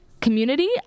community